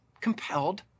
compelled